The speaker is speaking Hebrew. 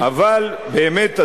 אבל באמת,